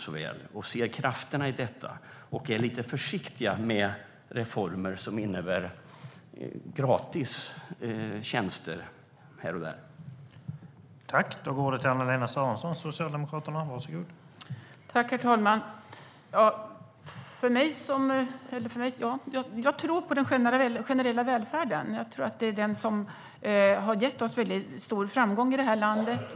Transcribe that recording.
Jag hoppas att de ser krafterna i detta och är lite försiktiga med reformer som innebär gratis tjänster här och där.